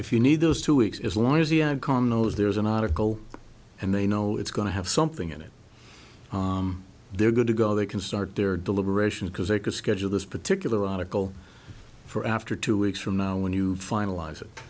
if you need those two weeks as long as the icon knows there's an article and they know it's going to have something in it they're going to go they can start their deliberations because they could schedule this particular article for after two weeks from now when you finalize it